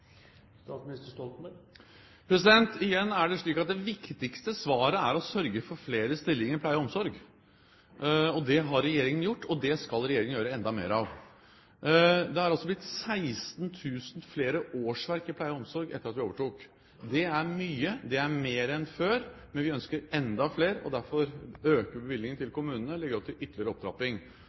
Igjen er det slik at det er viktigste svaret er å sørge for flere stillinger i pleie og omsorg, og det har regjeringen gjort, og det skal regjeringen gjøre enda mer av. Det har altså blitt 16 000 flere årsverk i pleie og omsorg etter at vi overtok. Det er mye, det er mer enn før, men vi ønsker enda flere, og derfor øker vi bevilgningen til kommunene og legger opp til ytterligere opptrapping.